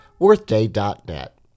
worthday.net